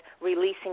releasing